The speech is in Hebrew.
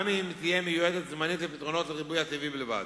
וגם אם היא תהיה מיועדת זמנית לפתרונות לריבוי הטבעי בלבד.